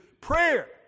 prayer